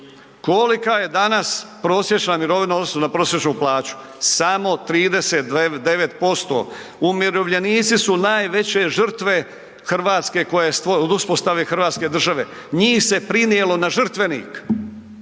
Kolika je danas prosječna mirovina u odnosu na prosječnu plaću? Samo 39%. Umirovljenici su najveće žrtve Hrvatske koja je, od uspostave hrvatske države. Njih se prinijelo na žrtvenik.